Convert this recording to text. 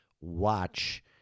watch